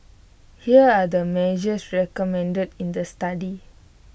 here are the measures recommended in the study